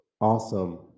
awesome